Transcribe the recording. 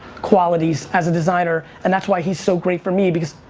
qualities as a designer. and that's why he's so great for me because,